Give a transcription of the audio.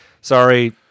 Sorry